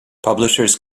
publishers